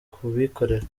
kubikorera